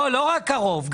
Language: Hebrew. לא רק קרוב.